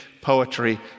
poetry